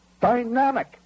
dynamic